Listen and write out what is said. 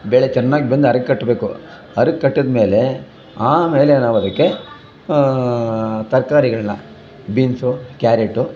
ಬೆಳೆ ಚೆನ್ನಾಗಿ ಬೆಂದು ಅರಗು ಕಟ್ಟಬೇಕು ಅರಗು ಕಟ್ಟಿದ್ಮೇಲೆ ಆಮೇಲೆ ನಾವು ಅದಕ್ಕೆ ತರ್ಕಾರಿಗಳನ್ನ ಬೀನ್ಸು ಕ್ಯಾರೇಟು